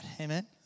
amen